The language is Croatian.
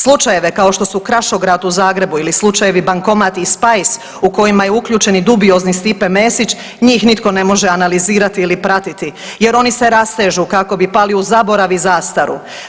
Slučajeve kao što Krašograd u Zagrebu ili slučajevi Bankomat i Spice u kojima je uključeni dubiozni Stipe Mesić njih nitko ne može analizirati ili pratiti jer oni se rastežu kako bi pali u zaborav i zastaru.